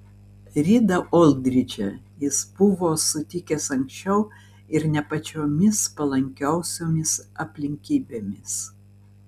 ridą oldridžą jis buvo sutikęs anksčiau ir ne pačiomis palankiausiomis aplinkybėmis